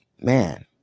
man